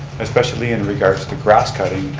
especially in regards to grass cutting,